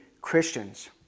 Christians